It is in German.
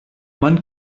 man